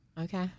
Okay